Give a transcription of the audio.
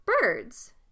birds